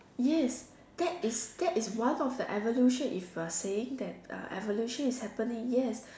yes that is that is what of the evolution if you are saying that evolution is happening yes